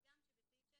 בסעיף 6